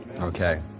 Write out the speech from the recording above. Okay